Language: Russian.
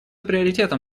приоритетом